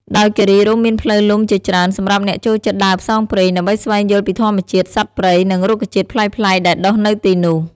ដោយគិរីរម្យមានផ្លូវលំជាច្រើនសម្រាប់អ្នកចូលចិត្តដើរផ្សងព្រេង ដើម្បីស្វែងយល់ពីធម្មជាតិ សត្វព្រៃ និងរុក្ខជាតិប្លែកៗដែលដុះនៅទីនោះ។